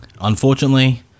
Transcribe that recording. unfortunately